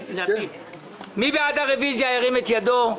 מי בעד הרוויזיה, ירים את ידו?